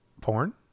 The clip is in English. Porn